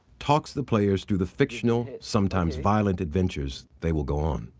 talks the players through the fictional, sometimes violent, adventures they will go on.